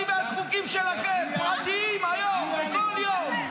אני הצבעתי בעד חוקים פרטיים שלכם היום וכל יום.